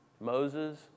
Moses